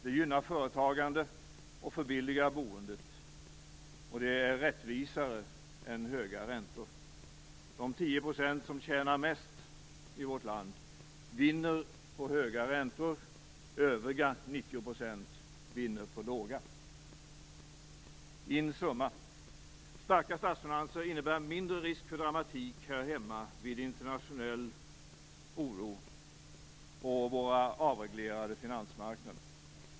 Det gynnar företagandet och förbilligar boendet. Det är rättvisare är höga räntor. De 10 % som tjänar mest i vårt land vinner på höga räntor, övriga 90 % vinner på låga. I en summa innebär starka statsfinanser mindre risk för dramatik här hemma vid internationell oro på de avreglerade finansmarknaderna.